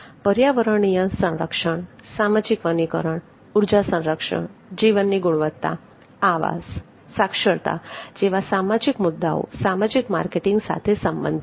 પર્યાવરણીય સંરક્ષણ સામાજિક વનીકરણ ઉર્જા સંરક્ષણ જીવનની ગુણવત્તા આવાસ સાક્ષરતા જેવા સામાજીક મુદ્દાઓ સામાજિક માર્કેટિંગ સાથે સંબંધિત છે